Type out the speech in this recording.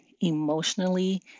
emotionally